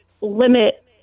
limit